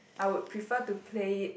I would prefer to play it